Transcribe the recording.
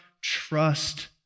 trust